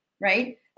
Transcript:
right